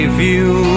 view